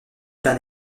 d’un